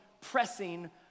pressing